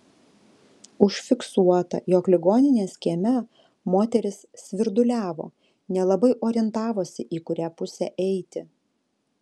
užfiksuota jog ligoninės kieme moteris svirduliavo nelabai orientavosi į kurią pusę eiti